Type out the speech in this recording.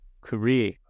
career